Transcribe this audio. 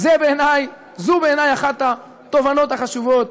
זאת בעיני אחת התובנות החשובות,